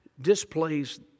displays